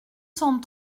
cent